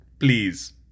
Please